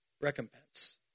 recompense